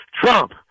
Trump